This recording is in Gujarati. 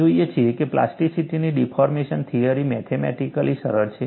આપણે જોઈએ છીએ કે પ્લાસ્ટિસિટીની ડિફોર્મેશન થિયરી મેથમેટિકલી સરળ છે